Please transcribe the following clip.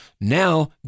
Now